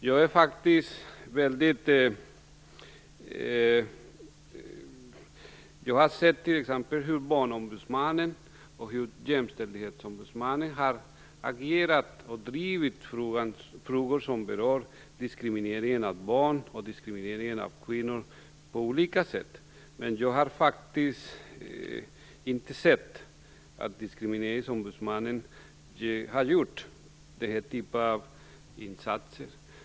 Jag har sett hur t.ex. Barnombudsmannen och Jämställdhetsombudsmannen har agerat och drivit frågor som berör diskrimineringen av barn och diskrimineringen av kvinnor på olika sätt, men jag har faktiskt inte sett att Diskrimineringsombudsmannen har gjort denna typ av insatser.